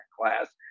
class